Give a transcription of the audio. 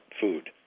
food